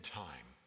time